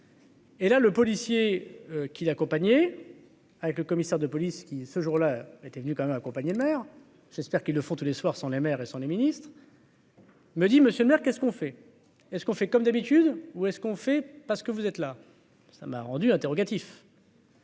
Et là, le policier qui l'accompagnait, avec le commissaire de police qui ce jour là, était venue quand même accompagné maire j'espère qu'ils le font tous les soirs, sans les maires et son ministres. Il me dit monsieur qu'est-ce qu'on fait et ce qu'on fait comme d'habitude, où est-ce qu'on fait parce que vous êtes là,